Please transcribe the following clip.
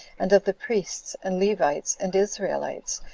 and of the priests and levites, and israelites,